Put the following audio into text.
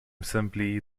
simply